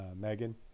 megan